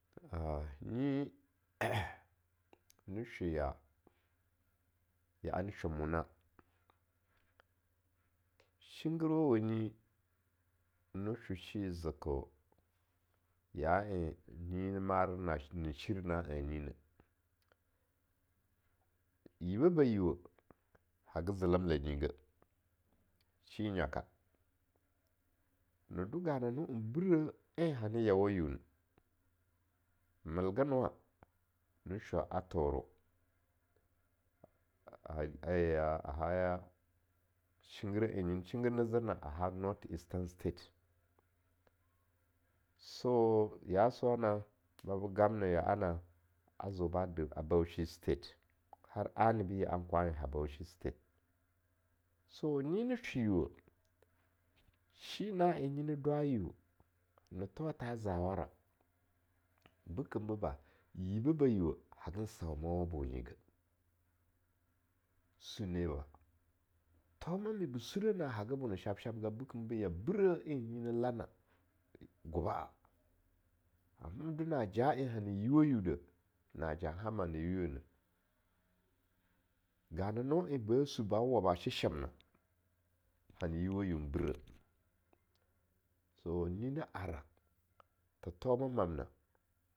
nyi na shwe yaa, ya'a ne shon mona, shinggir wanyi, ne sho shi zeke, ya en nyi ne mare na shir na anyi neh, yibe ba yiuweh ha zelemlanyigeh, shi nyaka, ne do gananu en breh en hane yawa yiu neh, mel gen wa, ne shaa Toro a haya, shinggire en nyi ne shinggir ne zer na a ha North eastern state, so, ya sowana babo gamna ya'a na a zeo ba de a Bauchi State har anabi ya an kwan enha Bauchi State, so nyi ni shwe yiuweh, shi na en nyi na dwa yiu na thowa tha zawara, bekembeba, yibeh ba yiu weh hagin saumawa bonyigeh, swe neba, ihoma me ba sureh naa haga bona shabshabga, be keme ya breh en nyi na lana, guba'a amma em do na en hana yinweh yiu deh, na ja hama ne yiu neh, ganano en ba sweh, na waba sheshemna hana yiuwe yiu n breh so nyi na ara tha thoma mamna.